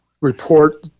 report